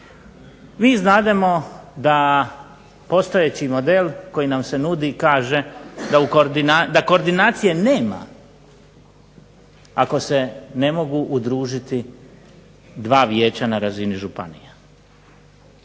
Mi znademo da postojeći model koji nam se nudi kaže da koordinacije nema, ako se ne mogu udružiti dva vijeća na razini županija.